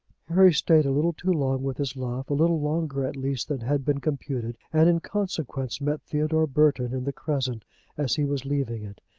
harry stayed a little too long with his love a little longer at least than had been computed, and in consequence met theodore burton in the crescent as he was leaving it.